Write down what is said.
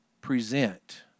Present